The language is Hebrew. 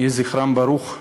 יהי זכרם ברוך.